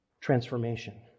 transformation